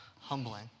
humbling